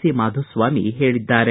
C Madhuswamy ಹೇಳಿದ್ದಾರೆ